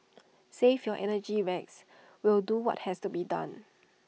save your energy Rex we'll do what has to be done